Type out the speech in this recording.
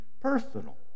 personal